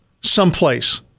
someplace